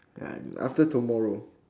ya after tomorrow